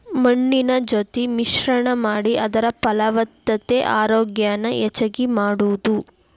ಮಣ್ಣಿನ ಜೊತಿ ಮಿಶ್ರಣಾ ಮಾಡಿ ಅದರ ಫಲವತ್ತತೆ ಆರೋಗ್ಯಾನ ಹೆಚಗಿ ಮಾಡುದು